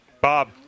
Bob